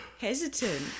hesitant